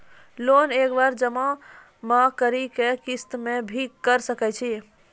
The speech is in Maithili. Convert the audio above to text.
लोन एक बार जमा म करि कि किस्त मे भी करऽ सके छि?